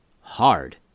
Hard